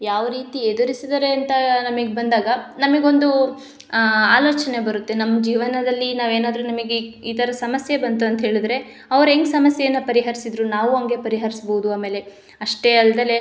ಯಾವ ರೀತಿ ಎದುರಿಸಿದ್ದಾರೆ ಅಂತ ನಮಗೆ ಬಂದಾಗ ನಮಗೆ ಒಂದು ಆಲೋಚನೆ ಬರುತ್ತೆ ನಮ್ಮ ಜೀವನದಲ್ಲಿ ನಾವೇನಾದರೂ ನಮಗೆ ಈ ಥರ ಸಮಸ್ಯೆ ಬಂತು ಅಂತ ಹೇಳಿದರೆ ಅವ್ರು ಹೆಂಗ್ ಸಮಸ್ಯೆಯನ್ನು ಪರಿಹರಿಸಿದರು ನಾವು ಹಂಗೆ ಪರಿಹರಿಸ್ಬೌದು ಆಮೇಲೆ ಅಷ್ಟೇ ಅಲ್ದಲೆ